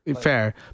Fair